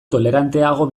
toleranteago